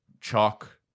chalk